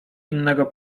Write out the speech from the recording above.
innego